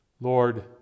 lord